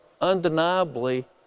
undeniably